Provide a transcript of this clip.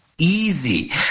easy